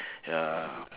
ya